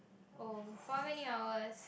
oh how many hours